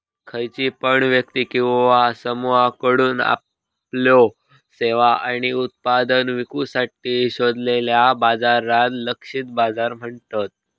खयची पण व्यक्ती किंवा समुहाकडुन आपल्यो सेवा आणि उत्पादना विकुसाठी शोधलेल्या बाजाराक लक्षित बाजार म्हणतत